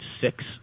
six